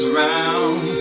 round